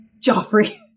Joffrey